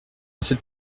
cette